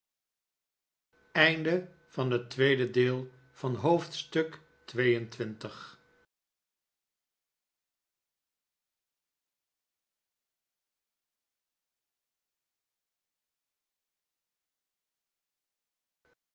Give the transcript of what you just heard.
het gedonder van het